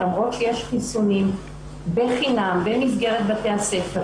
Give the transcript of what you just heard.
למרות שיש חיסונים בחינם במסגרת בתי הספר,